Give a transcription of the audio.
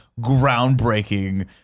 groundbreaking